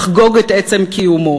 לחגוג את עצם קיומו.